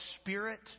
spirit